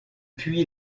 puis